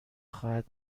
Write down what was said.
خواهد